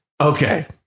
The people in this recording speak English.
Okay